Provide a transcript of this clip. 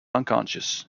unconscious